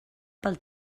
pel